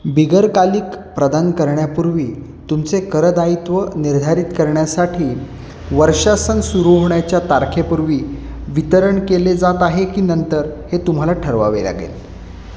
बिगरकालिक प्रदान करण्यापूर्वी तुमचे करदायित्व निर्धारित करण्यासाठी वर्षासन सुरू होण्याच्या तारखेपूर्वी वितरण केले जात आहे की नंतर हे तुम्हाला ठरवावे लागेल